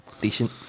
Decent